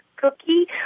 cookie